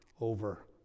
over